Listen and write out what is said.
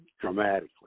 dramatically